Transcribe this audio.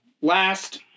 last